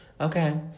Okay